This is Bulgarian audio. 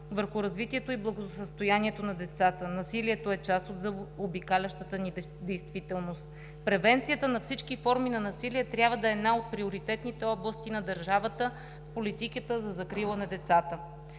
върху развитието и благосъстоянието на децата. Насилието е част от заобикалящата ни действителност. Превенцията на всички форми на насилие трябва да е една от приоритетните области на държавата в политиката за закрила на децата.